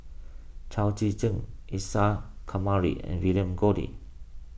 Chao Tzee Cheng Isa Kamari and William Goode